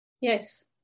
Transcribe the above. Yes